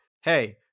hey